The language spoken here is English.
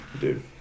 Dude